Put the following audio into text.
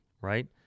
right